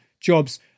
jobs